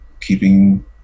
keeping